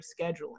scheduling